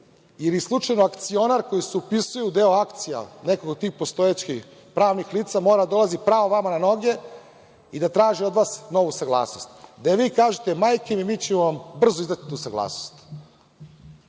ili slučajno akcionar koji se upisuje u deo akcija, nekog od tih postojećih pravnih lica, mora da dolazi pravo vama na noge i da traži od vas novu saglasnost, da im vi kažete – majke mi, mi ćemo vam brzo izdati tu saglasnost.